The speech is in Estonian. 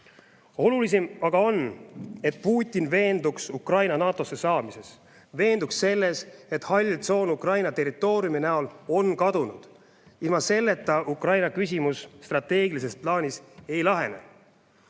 Olulisim aga on, et Putin veenduks Ukraina NATO-sse saamises, veenduks selles, et hall tsoon Ukraina territooriumi näol on kadunud. Ilma selleta Ukraina küsimus strateegilises plaanis ei lahene.